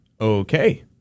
okay